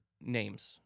names